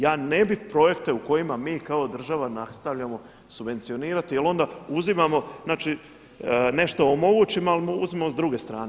Ja ne bih projekte u kojima mi kao država nastavljamo subvencionirati jer onda uzimamo, znači nešto omogućimo ali uzmemo s druge strane.